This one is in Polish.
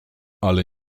ale